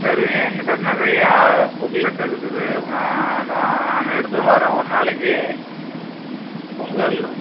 சரி ஏங்கிட்ட நிறையா புக்லெட் இருக்குது மேடம் நான் எடுத்துன்னு வரேன் ஒரு நாளைக்கு உங்களு